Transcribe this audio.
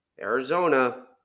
Arizona